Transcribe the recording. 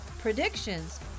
predictions